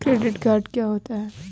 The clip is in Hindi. क्रेडिट कार्ड क्या होता है?